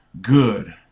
good